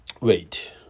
Wait